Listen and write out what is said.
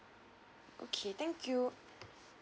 okay thank you